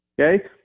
okay